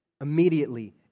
immediately